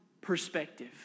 perspective